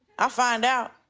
i'll find out.